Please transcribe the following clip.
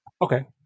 Okay